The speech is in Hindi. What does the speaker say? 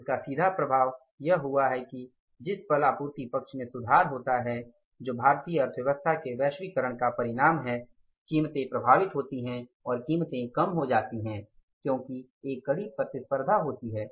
तो इसका सीधा प्रभाव यह हुआ है की जिस पल आपूर्ति पक्ष में सुधार होता है जो भारतीय अर्थव्यवस्था के वैश्वीकरण का परिणाम है कीमतें प्रभावित होती हैं कीमतें कम हो जाती हैं क्योंकि एक कड़ी प्रतिस्पर्धा होती है